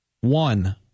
One